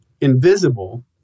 invisible